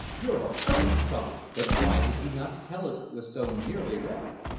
you're a perfect trump! but why did you not tell us it was so nearly ready?